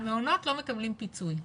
המעונות לא מקבלים פיצוי.